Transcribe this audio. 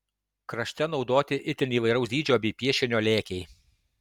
krašte naudoti itin įvairaus dydžio bei piešinio lėkiai